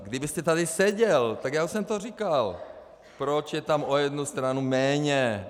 Kdybyste tady seděl, tak já už jsem to tady říkal, proč je tam o jednu stranu méně.